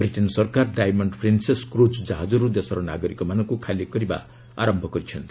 Britain ସରକାର Diamond Princess cruise ଜାହାଜରୁ ଦେଶର ନାଗରିକମାନଙ୍କୁ ଖାଲି କରିବା ଆରମ୍ଭ କରିଛନ୍ତି